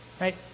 right